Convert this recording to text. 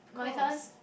of course